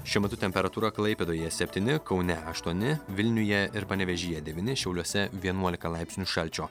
šiuo metu temperatūra klaipėdoje septyni kaune aštuoni vilniuje ir panevėžyje devyni šiauliuose vienuolika laipsnių šalčio